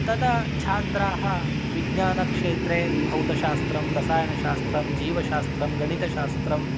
तदा छात्राः विज्ञानक्षेत्रे भौतशास्त्रं रसायनशास्त्रं जीवशास्त्रं गणितशास्त्रं